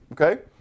Okay